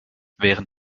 während